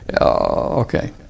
Okay